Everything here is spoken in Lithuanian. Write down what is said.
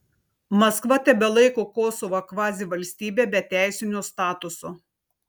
maskva tebelaiko kosovą kvazivalstybe be teisinio statuso